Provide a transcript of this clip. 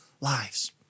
lives